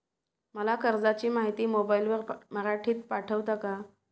मला कर्जाची माहिती मोबाईलवर मराठीत पाठवता का?